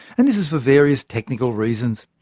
and this is for various technical reasons.